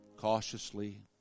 cautiously